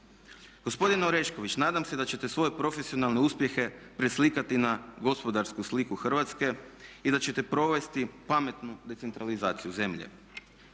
Gospodine Orešković, nadam se da ćete svoje profesionalne uspjehe preslikati na gospodarsku sliku Hrvatske i da ćete provesti pametnu decentralizaciju zemlje.